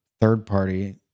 third-party